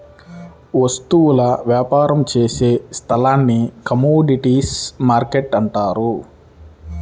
వస్తువుల వ్యాపారం చేసే స్థలాన్ని కమోడీటీస్ మార్కెట్టు అంటారు